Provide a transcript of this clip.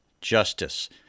Justice